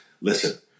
Listen